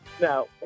No